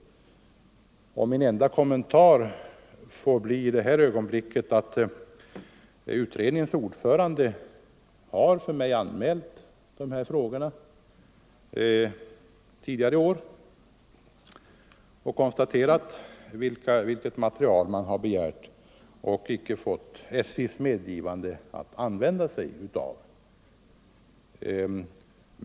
Min enda kommentar i det här ögonblicket får bli att utredningens ordförande tidigare i år har för mig anmält de här frågorna och konstaterat vilket material man har begärt men icke fått SJ:s medgivande att använda sig av.